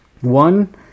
one